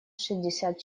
шестьдесят